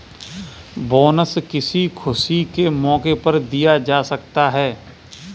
bonus किसी खुशी के मौके पर दिया जा सकता है